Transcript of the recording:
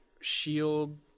shield